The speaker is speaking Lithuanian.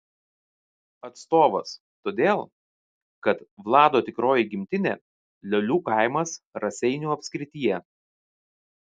atstovas todėl kad vlado tikroji gimtinė liolių kaimas raseinių apskrityje